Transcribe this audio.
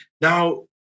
Now